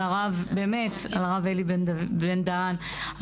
על הרב אלי בן דהן,